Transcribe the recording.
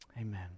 Amen